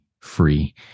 free